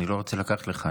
אני לא רוצה לקחת לך,